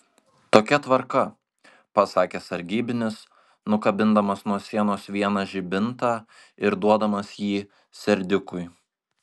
tokia tvarka pasakė sargybinis nukabindamas nuo sienos vieną žibintą ir duodamas jį serdiukui